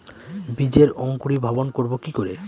বীজের অঙ্কোরি ভবন করব কিকরে?